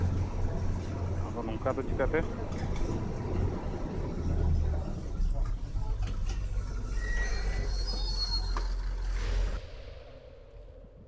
ᱟᱫᱚ ᱱᱚᱝᱠᱟ ᱫᱚ ᱪᱤᱠᱟᱹᱛᱮ